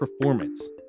performance